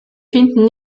finden